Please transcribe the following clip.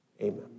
amen